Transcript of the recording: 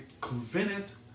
convenient